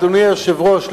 אדוני היושב-ראש,